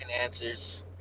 Answers